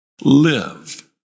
Live